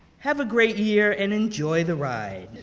have a great year and enjoy the ride.